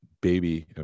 baby